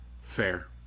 Fair